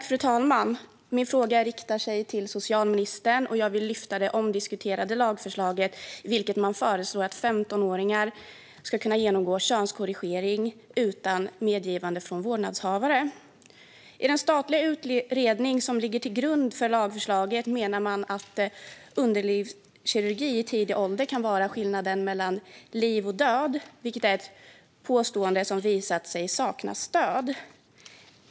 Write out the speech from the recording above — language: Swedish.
Fru talman! Jag riktar min fråga till socialministern. Jag vill lyfta upp det omdiskuterade lagförslaget om att 15-åringar ska kunna genomgå könskorrigering utan medgivande från vårdnadshavare. I den statliga utredning som ligger till grund för lagförslaget menar man att underlivskirurgi i tidig ålder kan vara skillnaden mellan liv och död. Det är ett påstående som har visat sig sakna stöd.